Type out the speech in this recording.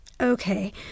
okay